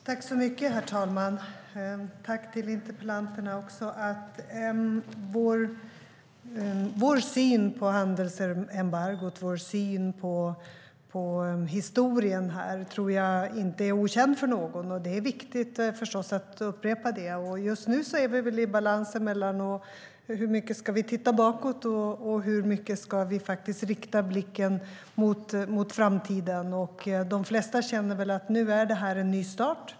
Herr talman! Jag tackar också meddebattörerna. Vår syn på handelsembargot och historien tror jag inte är okänd för någon. Det är förstås viktigt att upprepa det. Just nu är vi i balansen: Hur mycket ska vi titta bakåt, och hur mycket ska vi rikta blicken mot framtiden? De flesta känner väl att detta är en ny start.